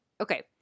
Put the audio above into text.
Okay